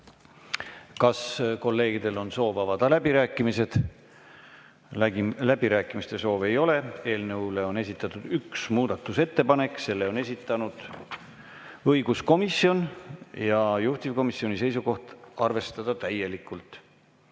Kas kolleegidel on soov avada läbirääkimised? Läbirääkimiste soovi ei ole. Eelnõu kohta on esitatud üks muudatusettepanek, selle on esitanud õiguskomisjon ja juhtivkomisjoni seisukoht: arvestada täielikult.